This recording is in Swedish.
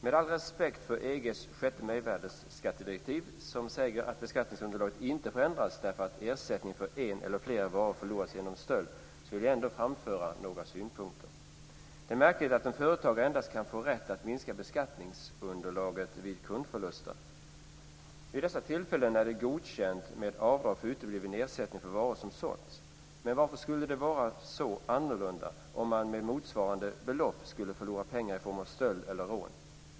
Med all respekt för EG:s sjätte mervärdesskattedirektiv, som säger att beskattningsunderlaget inte får ändras därför att ersättning för en eller flera varor förlorats genom stöld, vill jag ändå framföra några synpunkter. Det är märkligt att en företagare endast kan få rätt att minska beskattningsunderlaget vid kundförluster. Vid dessa tillfällen är det godkänt med ett avdrag för utebliven ersättning för varor som sålts. Men varför skulle det vara så annorlunda om man skulle förlora motsvarande belopp genom stöld eller rån?